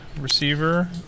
receiver